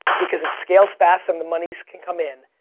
because it scales fast and the monies can come in,